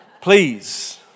Please